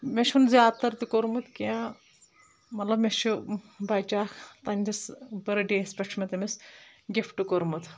مےٚ چھُنہٕ زیادٕ تر تہِ کوٚرمُت کیٚنٛہہ مطلب مےٚ چھُ بَچہٕ اکھ تَنٛدِس بٔرتھ ڈے یَس پٮ۪ٹھ چھُ مےٚ تٔمِس گفٹہٕ کوٚرمُت